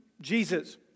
Jesus